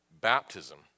baptism